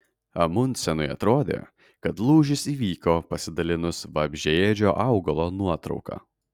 amundsenui atrodė kad lūžis įvyko pasidalinus vabzdžiaėdžio augalo nuotrauka